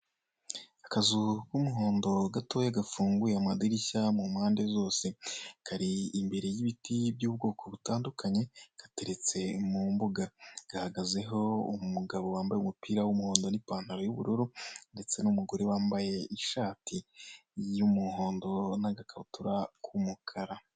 Akazu k'umuhondo gatoya gafunguye amadirishya mu mpande zose, kari imbere y'ibiti by'ubwoko butandukanye gateretse mu mbuga, gahagazeho umugabo wambaye umupira w'umuhondo n'ipantaro y'ubururu ndetse n'umugore wambaye ishati y'umuhondo n'agakabutura k'umukara.